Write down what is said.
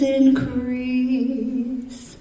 increase